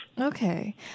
Okay